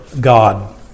God